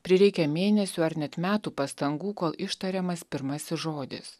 prireikia mėnesių ar net metų pastangų kol ištariamas pirmasis žodis